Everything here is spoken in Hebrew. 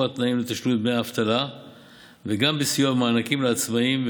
התנאים לתשלום דמי אבטלה וגם בסיוע במענקים לעצמאים,